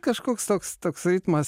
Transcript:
kažkoks toks toks ritmas